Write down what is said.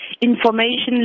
information